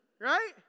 Right